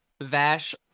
Vash